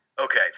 Okay